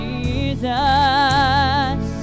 Jesus